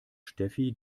steffi